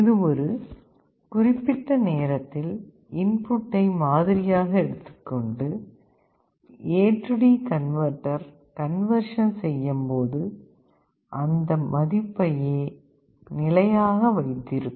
இது ஒரு குறிப்பிட்ட நேரத்தில் இன்புட்டை மாதிரியாக எடுத்துக் கொண்டு AD கன்வெர்ட்டர் கண்வர்ஷன் செய்யும்போது அந்த மதிப்பையே நிலையாக வைத்திருக்கும்